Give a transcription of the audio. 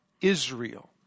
israel